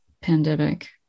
pandemic